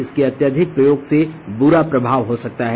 इसके अत्यधिक प्रयोग से बुरा प्रभाव हो सकता है